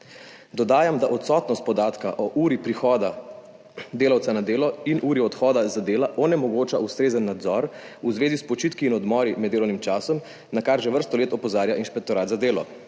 Dodajam, da odsotnost podatka o uri prihoda delavca na delo in uri odhoda z dela onemogoča ustrezen nadzor v zvezi s počitki in odmori med delovnim časom, na kar že vrsto let opozarja Inšpektorat za delo.